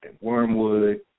wormwood